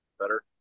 Better